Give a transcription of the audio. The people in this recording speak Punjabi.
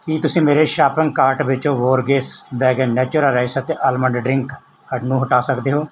ਕੀ ਤੁਸੀਂ ਮੇਰੇ ਸ਼ਾਪਿੰਗ ਕਾਰਟ ਵਿੱਚੋਂ ਬੋਰਗੇਸ ਵੇਗਨ ਨੈਚੁਰਾ ਰਾਈਸ ਅਤੇ ਅਲਮੰਡ ਡਰਿੰਕ ਨੂੰ ਹਟਾ ਸਕਦੇ ਹੋ